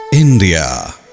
India